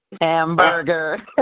Hamburger